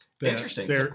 Interesting